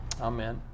Amen